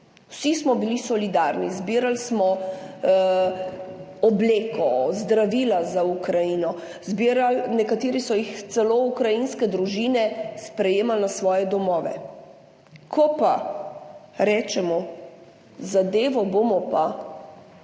Vsi smo bili solidarni, zbirali smo obleko, zdravila za Ukrajino, nekateri so jih celo ukrajinske družine sprejemali na svoje domove, ko pa rečemo, zadevo bomo pa